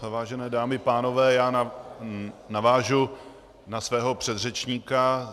Vážené dámy, pánové, já navážu na svého předřečníka.